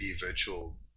virtual